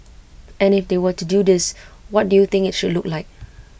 and if they were to do this what do you think IT should look like